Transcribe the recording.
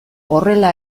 horrela